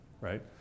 Right